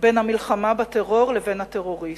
בין המלחמה בטרור לבין הטרוריסט,